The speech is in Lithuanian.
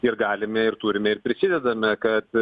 ir galime ir turime ir prisidedame kad